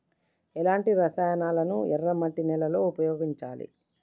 ఎలాంటి రసాయనాలను ఎర్ర మట్టి నేల లో ఉపయోగించాలి?